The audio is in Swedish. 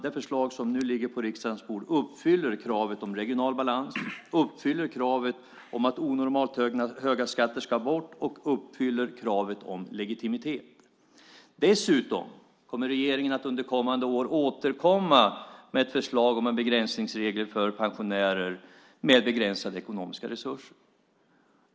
Det förslag som nu ligger på riksdagens bord uppfyller kravet på regional balans, uppfyller kravet på att onormalt höga skatter ska bort och uppfyller kravet på legitimitet. Dessutom kommer regeringen att under kommande år återkomma med ett förslag om en begränsningsregel för pensionärer med begränsade ekonomiska resurser.